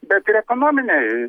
bet ir ekonominiai